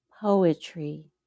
poetry